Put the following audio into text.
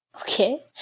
okay